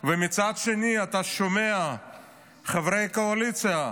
ומצד שני אתה שומע חברי קואליציה,